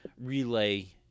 relay